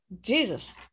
Jesus